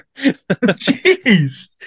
Jeez